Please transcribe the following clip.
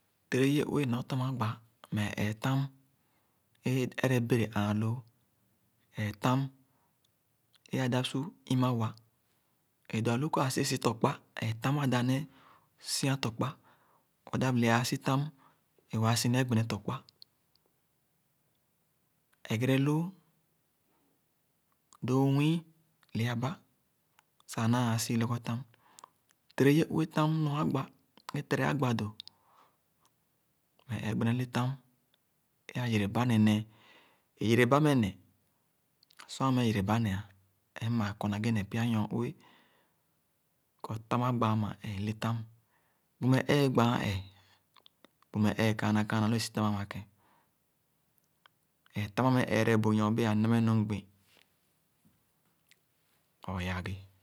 Tere-ue nɔ tam agbã, meh é tam ẽẽ ẽ ẽrẽ bere ããn loo. Ee tam é adãp su i-ma wa. E dõõ alu kɔr a sii si tɔkpa, ẽẽ tam adáp neh su sia tɔkpa, õ dap le aa sitam, ẽ waa si neh gbene tɔkpa. Egereloo, dõõ õ-nwii le-aba sah anãã ãã si lɔgɔ tam, tere ye wee tam nɔ agba, kén tere agba dó, meh ẽẽ gbene le tam é a yereba neh nẽẽ. E yereba meh neh. Sor ãmeh yereba neh, ẽẽ mãã kɔrna ghe neh pya nyor-ne kɔr tam agba ama, ẽẽ letam Bu-meh ẽẽ maa ee, bu-meh ẽẽ kããna kããna lo é si tam ãmã. Ee tam ameh ẽẽre bu nyor bee aneme nu-mgbi ɔɔyaa ghe.